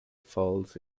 falls